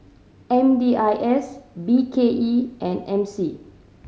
M D I S B K E and M C